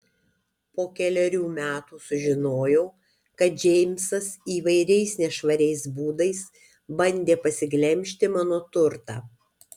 po kelerių metų sužinojau kad džeimsas įvairiais nešvariais būdais bandė pasiglemžti mano turtą